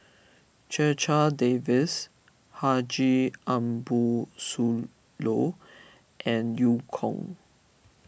Checha Davies Haji Ambo Sooloh and Eu Kong